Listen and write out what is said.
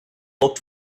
looked